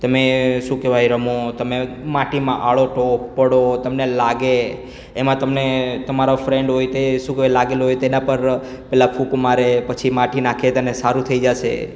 તમે શું કહેવાય રમો તમે માટીમાં આળોટો પડો તમને લાગે એમાં તમે તમારા ફ્રેન્ડ હોય તે શું કહેવાય લાગેલું હોય તેના પર પહેલાં ફૂંક મારે પછી માટી નાખે તને સારું થઈ જશે